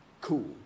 cool